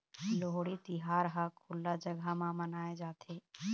लोहड़ी तिहार ह खुल्ला जघा म मनाए जाथे